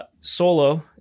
solo